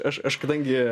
aš aš kadangi